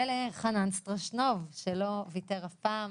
ולחנן סטרשנוב, שלא ויתר אף פעם.